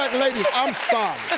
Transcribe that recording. ladies, i'm sorry.